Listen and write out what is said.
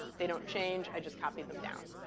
they don't change. i just copy them down.